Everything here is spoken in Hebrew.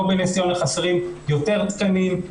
פה בנס ציונה חסרים יותר תקנים,